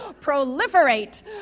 proliferate